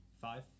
Five